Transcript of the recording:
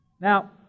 Now